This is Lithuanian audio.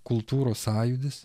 kultūros sąjūdis